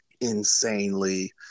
insanely